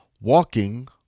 walking